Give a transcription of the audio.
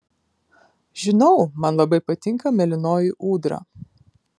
žinau man labai patinka mėlynoji ūdra